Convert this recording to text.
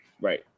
Right